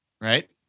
right